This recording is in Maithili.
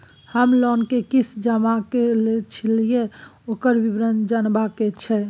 हम लोन के किस्त जमा कैलियै छलौं, ओकर विवरण जनबा के छै?